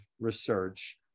research